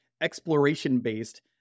exploration-based